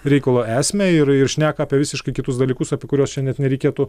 reikalo esmę ir ir šneka apie visiškai kitus dalykus apie kuriuos čia net nereikėtų